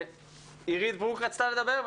אירית ברוק רצתה לדבר,